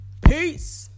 peace